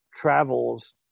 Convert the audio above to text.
travels